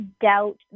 doubt